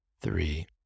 three